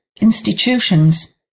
institutions